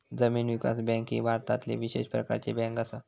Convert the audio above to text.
जमीन विकास बँक ही भारतातली विशेष प्रकारची बँक असा